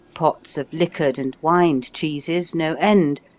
pots of liquored and wined cheeses, no end,